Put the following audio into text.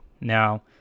Now